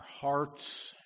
hearts